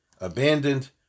abandoned